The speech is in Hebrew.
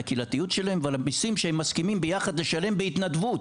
על הקהילתיות שלהם ועל המיסים שהם מסכימים ביחד לשלם בהתנדבות.